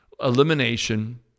elimination